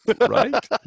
Right